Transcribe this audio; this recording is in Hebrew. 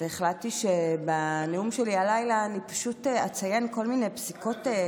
והחלטתי שבנאום שלי הלילה אני פשוט אציין כל מיני פסיקות.